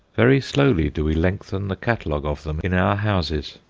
very slowly do we lengthen the catalogue of them in our houses.